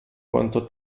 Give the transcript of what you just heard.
quanto